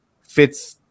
fits